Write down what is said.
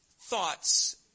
thoughts